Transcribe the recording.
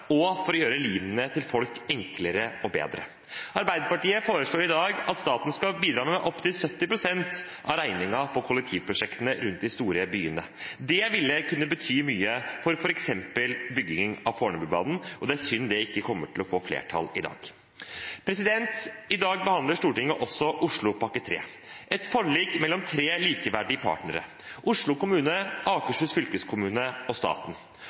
og for å gjøre livene til folk enklere og bedre. Arbeiderpartiet foreslår i dag at staten skal bidra med opptil 70 pst. av regningen på kollektivprosjektene rundt de store byene. Det ville kunne bety mye for f.eks. byggingen av Fornebubanen, og det er synd det ikke kommer til å få flertall i dag. I dag behandler Stortinget også Oslopakke 3 – et forlik mellom tre likeverdige partnere: Oslo kommune, Akershus fylkeskommune og staten.